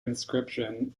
inscription